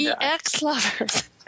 EX-lovers